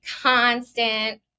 constant